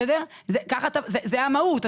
זאת המהות,